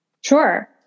sure